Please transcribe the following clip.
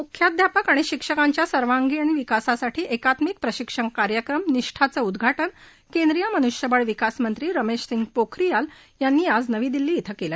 मुख्याध्यापक आणि शिक्षकांच्या सर्वांगीण विकासासाठी एकात्मिक प्रशिक्षण कार्यक्रम ंनिष्ठाचं उद्घाटन केंद्रीय मनृष्यबळ विकास मंत्री रमेश सिंग पोखरीयल यांनी नवी दिल्ली श्वे केलं